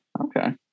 Okay